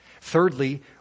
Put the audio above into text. Thirdly